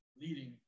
leading